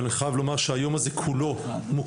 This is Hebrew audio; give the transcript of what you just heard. אבל אני חייב לומר שהיום הזה כולו מוקדש